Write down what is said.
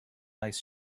eyes